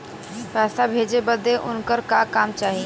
पैसा भेजे बदे उनकर का का चाही?